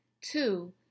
Two